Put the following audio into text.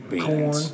Corn